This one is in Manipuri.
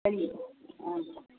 ꯀꯔꯤ ꯑꯥ